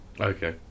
Okay